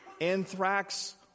anthrax